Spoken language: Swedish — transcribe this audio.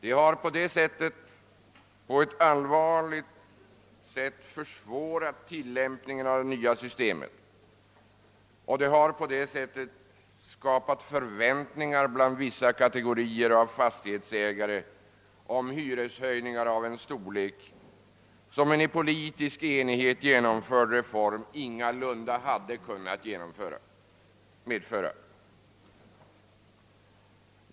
De har allvarligt försvårat tillämpningen av det nya systemet och skapat förväntningar bland vissa kategorier av fastighetsägare om hyreshöjningar av en storlek som en i politisk enighet genomförd reform ingalunda hade kunnat medföra.